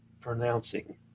pronouncing